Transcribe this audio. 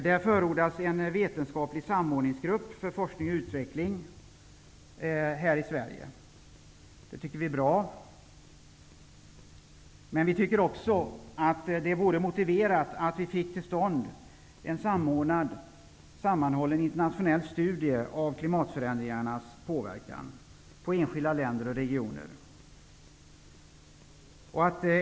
Där förordas en vetenskaplig samordningsgrupp för forskning och utveckling här i Sverige. Vi tycker att det är bra. Men vi tycker också att det vore motiverat att få till stånd en samordnad och sammanhållen internationell studie av klimatförändringarnas påverkan på enskilda länder och regioner.